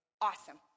Awesome